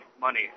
money